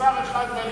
שר אחד מהליכוד,